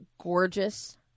gorgeous